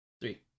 three